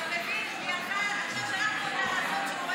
אתה מבין, עכשיו שלחתי אותה לעשות שיעורי בית.